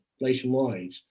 nationwide